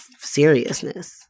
seriousness